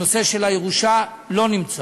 נושא הירושה לא נמצא.